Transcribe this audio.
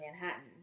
manhattan